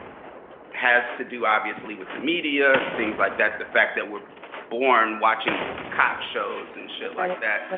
has to do obviously with the media. things like that. the fact that we're born watching cop shows and shit like that.